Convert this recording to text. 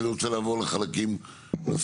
כי אני רוצה לעבור לחלקים נוספים.